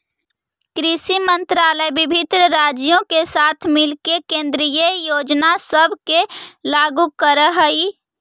कृषि मंत्रालय विभिन्न राज्यों के साथ मिलके केंद्रीय योजना सब के लागू कर हई